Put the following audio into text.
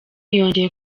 yongeye